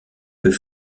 peut